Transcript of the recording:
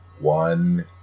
one